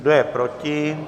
Kdo je proti?